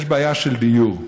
יש בעיה של דיור.